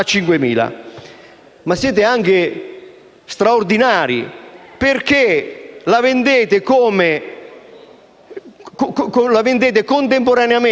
Siete straordinari perché la "vendete" contemporaneamente